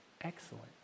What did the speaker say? excellent